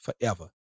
forever